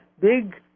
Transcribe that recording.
big